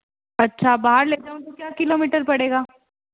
अच्छा बाहर ले जाऊँ तो क्या किलोमीटर पड़ेगा